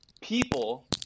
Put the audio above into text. people